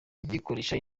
gikoresha